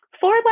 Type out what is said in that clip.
Four